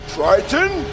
Triton